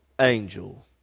angel